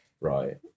right